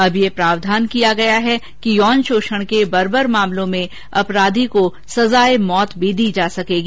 अब यह प्रावधान किया गया है कि यौन शोषण के बर्बर मामलों में अब अपराधी को सजा ए मौत भी दी जा सकेगी